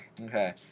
Okay